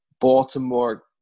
Baltimore